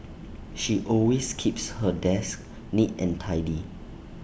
she always keeps her desk neat and tidy